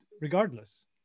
regardless